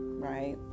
right